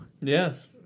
Yes